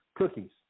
Cookies